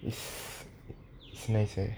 it's it's nice eh